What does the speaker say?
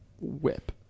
whip